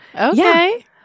Okay